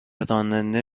راننده